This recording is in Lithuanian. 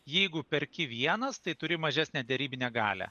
jeigu perki vienas tai turi mažesnę derybinę galią